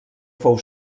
fou